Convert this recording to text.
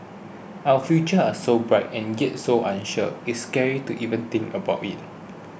our futures are so bright and get so unsure it's scary to even think about it